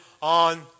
on